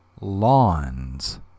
Lawns